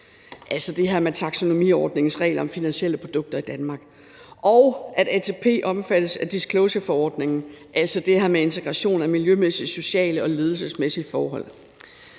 altså det her med taksonomiforordningens regler om finansielle produkter i Danmark – og at ATP omfattes af disclosureforordningen, altså det her med integration af miljømæssige, sociale og ledelsesmæssige forhold.